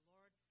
Lord